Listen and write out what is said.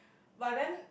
but then